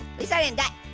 least i didn't die.